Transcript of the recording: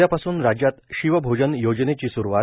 उद्यापासून राज्यात शिवभोजन योजनेची स्रूवात